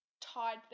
tied